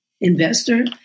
investor